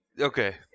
Okay